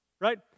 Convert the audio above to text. Right